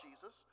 Jesus